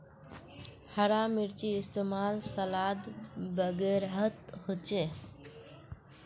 हरा मिर्चै इस्तेमाल सलाद वगैरहत होचे